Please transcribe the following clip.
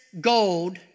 gold